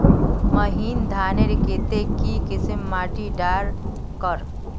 महीन धानेर केते की किसम माटी डार कर?